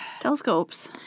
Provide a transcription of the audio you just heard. Telescopes